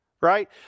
Right